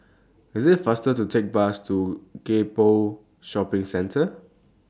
IT IS faster to Take The Bus to Gek Poh Shopping Center